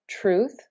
truth